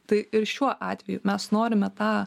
tai ir šiuo atveju mes norime tą